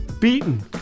beaten